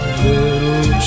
little